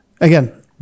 again